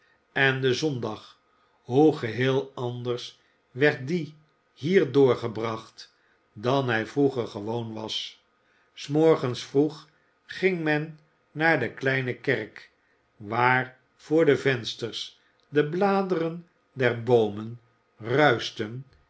en de zondag hoe geheel anders werd die hier doorgebracht dan hij vroeger gewoon was s morgens vroeg ging men naar de kleine kerk waar voor de vensters de bladeren der boomen